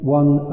one